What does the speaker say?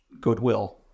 goodwill